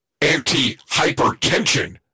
anti-hypertension